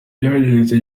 byagenze